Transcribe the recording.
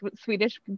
Swedish